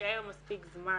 ושיישאר מספיק זמן.